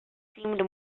seemed